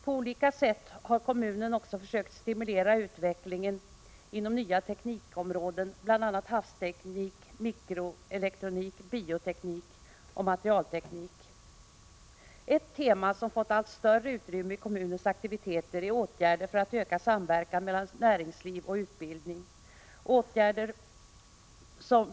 På olika sätt har kommunen också försökt stimulera utvecklingen inom nya teknikområden, bl.a. havsteknik, mikroelektronik, bioteknik och materialteknik. Ett tema som har fått allt större utrymme i kommunens aktiviteter är åtgärder för att öka samverkan mellan näringsliv och utbildning/forskning.